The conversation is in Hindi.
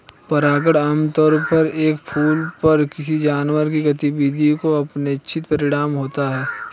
परागण आमतौर पर एक फूल पर किसी जानवर की गतिविधि का अनपेक्षित परिणाम होता है